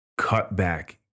cutback